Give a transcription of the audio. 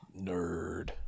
Nerd